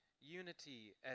Unity